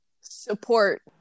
support